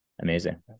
Amazing